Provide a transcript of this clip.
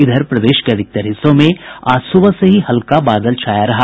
इधर प्रदेश के अधिकतर हिस्सों में आज सुबह से ही हल्का बादल छाया रहा